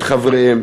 את חבריהם,